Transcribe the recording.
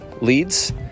leads